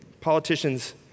Politicians